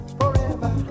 forever